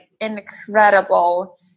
incredible